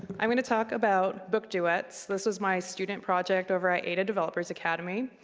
i'm gonna talk about book duets. this is my student project over at ada developers academy.